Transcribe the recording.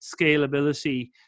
scalability